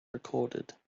recorded